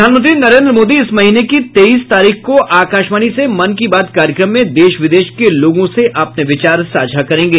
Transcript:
प्रधानमंत्री नरेन्द्र मोदी इस महीने की तेईस तारीख को आकाशवाणी से मन की बात कार्यक्रम में देश विदेश के लोगों से अपने विचार साझा करेंगे